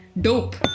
dope